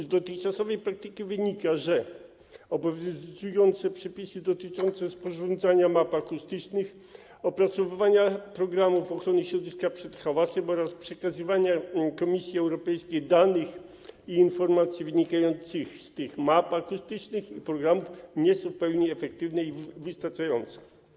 Z dotychczasowej praktyki wynika, że obowiązujące przepisy dotyczące sporządzania map akustycznych, opracowywania programów ochrony środowiska przed hałasem oraz przekazywania Komisji Europejskiej danych i informacji wynikających z tych map akustycznych i programów nie są w pełni efektywne i wystarczające.